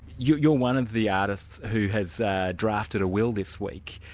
you're you're one of the artists who has drafted a will this week.